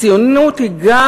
הציונות היא גם,